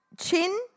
chin